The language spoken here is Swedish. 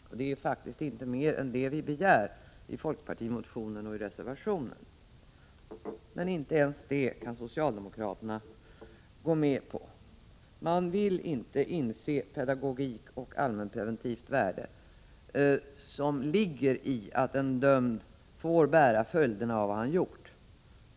Och det är faktiskt inte mer än det vi begär i folkpartimotionen och i reservationen. Men inte ens det kan socialdemokraterna gå med på. De vill inte inse det pedagogiska och allmänpreventiva värde som ligger i att en dömd får bära följderna av vad han gjort.